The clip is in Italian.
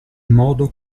modo